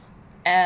uh